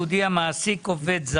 שנתיות למוסד סיעוד המעסיק עובד זר.